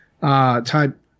type